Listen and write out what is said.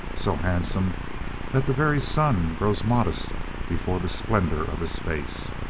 so handsome that the very sun grows modest before the splendour of his face